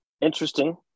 Interesting